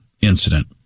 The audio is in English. incident